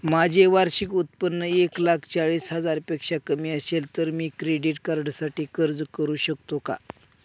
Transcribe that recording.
माझे वार्षिक उत्त्पन्न एक लाख चाळीस हजार पेक्षा कमी असेल तर मी क्रेडिट कार्डसाठी अर्ज करु शकतो का?